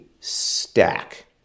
stack